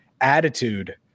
attitude